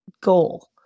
goal